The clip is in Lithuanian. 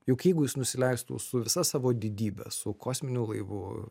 juk jeigu jis nusileistų su visa savo didybe su kosminiu laivu